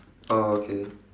oh okay